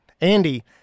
Andy